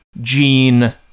Gene